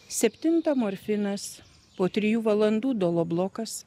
septintą morfinas po trijų valandų doloblokas